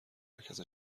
مرکز